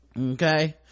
okay